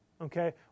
Okay